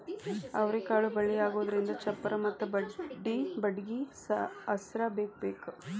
ಅವ್ರಿಕಾಳು ಬಳ್ಳಿಯಾಗುದ್ರಿಂದ ಚಪ್ಪರಾ ಮತ್ತ ಬಡ್ಗಿ ಆಸ್ರಾ ಬೇಕಬೇಕ